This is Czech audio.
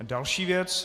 Další věc.